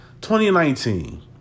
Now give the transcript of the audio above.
2019